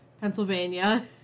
Pennsylvania